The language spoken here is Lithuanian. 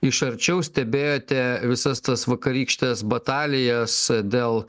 iš arčiau stebėjote visas tas vakarykštes batalijas dėl